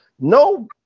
no